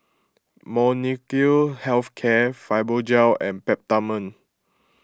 Molnylcke Health Care Fibogel and Peptamen